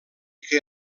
que